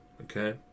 okay